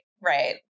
right